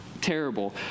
terrible